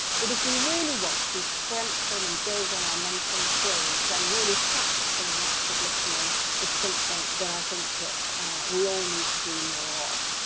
but if we really want to strengthen and build on our mentoring skills, then really practising the active listening is something that i think that we all need to do more of.